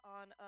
on